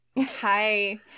Hi